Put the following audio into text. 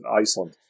Iceland